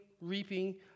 reaping